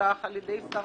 שנשלח על-ידי שר